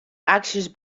aksjes